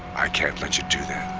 i can't let you do that.